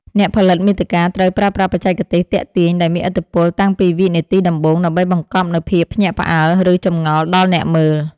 អ្នកផលិតមាតិកាត្រូវប្រើប្រាស់បច្ចេកទេស ទាក់ទាញ ដែលមានឥទ្ធិពលតាំងពីវិនាទីដំបូង ដើម្បីបង្កប់នូវភាពភ្ញាក់ផ្អើល ឬចម្ងល់ដល់អ្នកមើល។